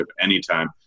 anytime